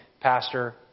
Pastor